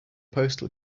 postal